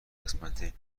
قسمت